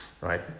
right